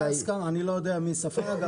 אני לא יודע מי ספג,